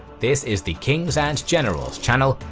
this is the kings and generals channel,